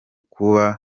kuba